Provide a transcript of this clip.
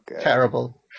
Terrible